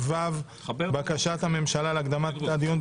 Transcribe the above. בקשת הממשלה להקדמת הדיון,